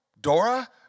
dora